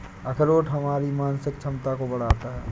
अखरोट हमारी मानसिक क्षमता को बढ़ाता है